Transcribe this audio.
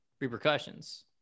repercussions